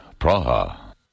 Praha